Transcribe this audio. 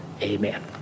Amen